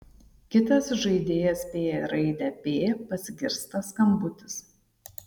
kitas žaidėjas spėja raidę p pasigirsta skambutis